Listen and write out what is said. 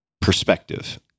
perspective